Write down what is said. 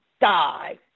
die